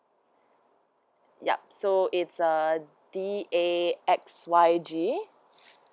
yup so it's uh D A X Y G